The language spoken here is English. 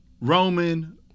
Roman